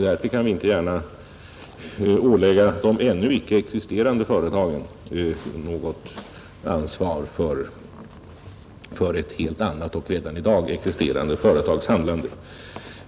Och vi kan ju inte gärna ålägga de ännu icke existerande företagen något ansvar för ett helt annat och redan i dag existerande företags handlande.